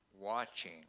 watching